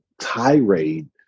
tirade